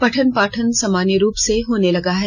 पठन पाठन सामान्य रूप से होने लगा है